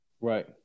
Right